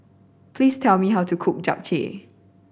please tell me how to cook Japchae